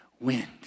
wind